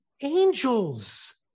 angels